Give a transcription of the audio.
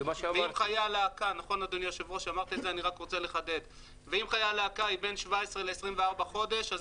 אם חיי הלהקה הם בין 17 ל-24 חודש אז